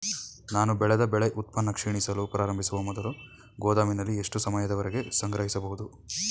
ನಾನು ಬೆಳೆದ ಬೆಳೆ ಉತ್ಪನ್ನ ಕ್ಷೀಣಿಸಲು ಪ್ರಾರಂಭಿಸುವ ಮೊದಲು ಗೋದಾಮಿನಲ್ಲಿ ಎಷ್ಟು ಸಮಯದವರೆಗೆ ಸಂಗ್ರಹಿಸಬಹುದು?